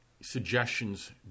suggestions